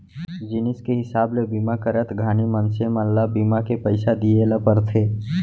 जिनिस के हिसाब ले बीमा करत घानी मनसे मन ल बीमा के पइसा दिये ल परथे